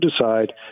decide